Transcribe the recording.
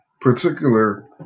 particular